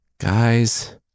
Guys